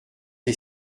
des